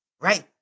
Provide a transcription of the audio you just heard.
right